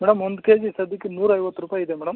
madam ಒಂದು K G ಸದ್ಯಕ್ಕೆ ನೂರ ಐವತ್ತು ರೂಪಾಯಿ ಇದೆ ಮೇಡಮ್